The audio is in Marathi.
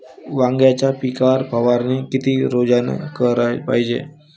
वांग्याच्या पिकावर फवारनी किती रोजानं कराच पायजे?